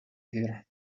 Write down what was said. here